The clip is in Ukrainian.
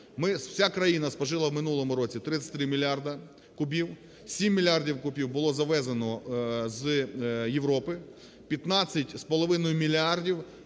Вся країна спожила у минулому році 33 мільярда кубів, 7 мільярдів кубів було завезено з Європи, 15,5 мільярдів